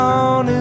on